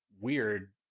weird